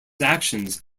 actions